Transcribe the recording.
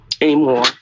anymore